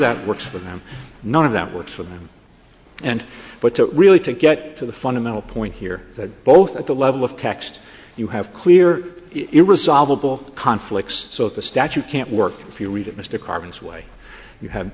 that works for them none of that works for them and but to really to get to the fundamental point here that both at the level of text you have clear irresolvable conflicts so the statute can't work if you read it mr carbons way you have